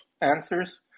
answers